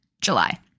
July